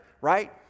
right